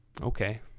okay